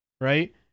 right